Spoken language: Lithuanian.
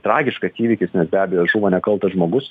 tragiškas įvykis nes be abejo žuvo nekaltas žmogus